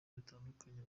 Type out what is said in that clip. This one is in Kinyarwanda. bitandukanye